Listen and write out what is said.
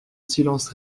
silence